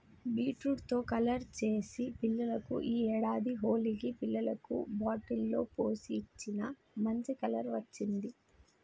beetroot తో colour చేసి పిల్లలకు ఈ ఏడాది హోలికి పిల్లలకు బాటిల్ లో పోసి ఇచ్చిన, మంచి కలర్ వచ్చింది